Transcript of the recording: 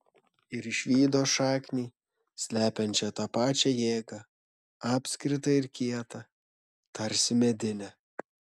ir išvydo šaknį slepiančią tą pačią jėgą apskritą ir kietą tarsi medinę